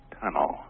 tunnel